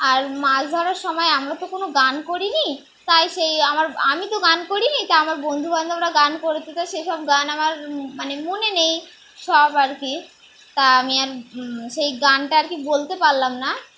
আর মাছ ধরার সময় আমরা তো কোনো গান করিনি তাই সেই আমার আমি তো গান করিনি তা আমার বন্ধুবান্ধবরা গান করেতে তাই সে সব গান আমার মানে মনে নেই সব আর কি তা আমি আর সেই গানটা আর কি বলতে পারলাম না